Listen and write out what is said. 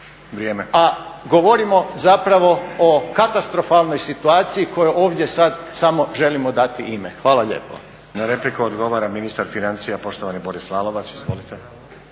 a govorimo zapravo o katastrofalnoj situaciji kojoj ovdje sad samo želimo dati ime. Hvala lijepo. **Stazić, Nenad (SDP)** Na repliku odgovara ministar financija, poštovani Boris Lalovac.